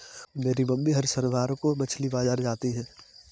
मेरी मम्मी हर शनिवार को मछली बाजार जाती है